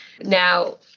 Now